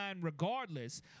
regardless